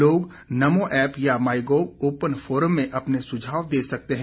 लोग नमो ऐप या my gov open forum में अपने सुझाव दे सकते हैं